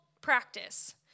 practice